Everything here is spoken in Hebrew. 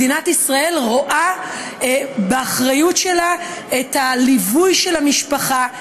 מדינת ישראל רואה כאחריות שלה את הליווי של המשפחה,